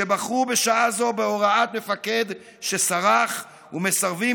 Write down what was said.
שבחרו בשעה זו בהוראת מפקד שסרח ומסרבים